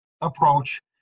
approach